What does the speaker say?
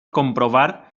comprovar